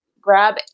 grab